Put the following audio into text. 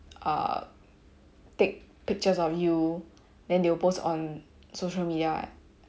err take pictures of you then they will post on social media